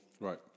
Right